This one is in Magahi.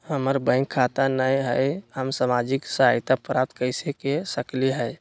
हमार बैंक खाता नई हई, हम सामाजिक सहायता प्राप्त कैसे के सकली हई?